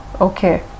Okay